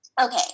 Okay